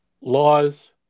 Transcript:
laws